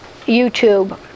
YouTube